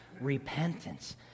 repentance